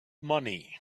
money